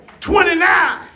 29